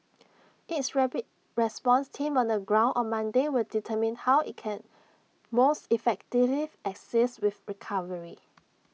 its rapid response team on the ground on Monday will determine how IT can most effectively assist with recovery